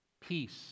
peace